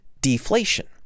deflation